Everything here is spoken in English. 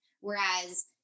Whereas